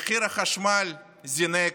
מחיר החשמל זינק,